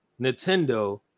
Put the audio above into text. nintendo